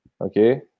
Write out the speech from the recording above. Okay